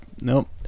nope